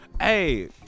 hey